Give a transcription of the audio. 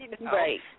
Right